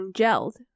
gelled